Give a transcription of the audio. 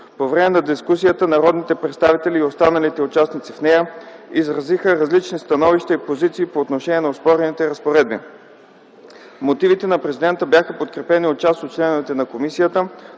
По време на дискусията народните представители и останалите участници в нея изразиха различни становища и позиции по отношение на оспорените разпоредби. Мотивите на президента бяха подкрепени от част от членовете на комисията,